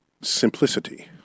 simplicity